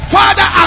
father